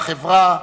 בחברה,